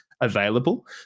available